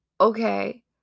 okay